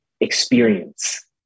experience